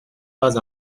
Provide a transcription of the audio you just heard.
pas